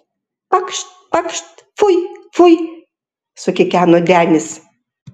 pakšt pakšt fui fui sukikeno denis